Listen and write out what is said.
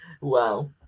Wow